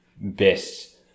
best